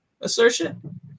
assertion